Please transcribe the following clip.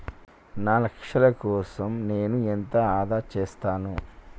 నా లక్ష్యాల కోసం నేను ఎంత ఆదా చేస్తాను?